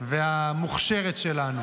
והמוכשרת שלנו.